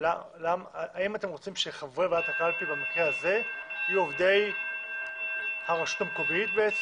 האם אתם רוצים שחברי ועדת הקלפי במקרה הזה יהיו עובדי הרשות המקומית?